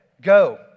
go